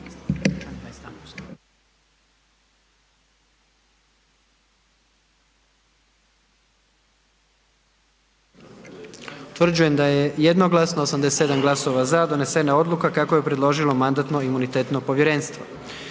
Utvrđujem da je jednoglasno 87 glasova za donesena odluka kako je predložilo Mandatno-imunitetno povjerenstvo.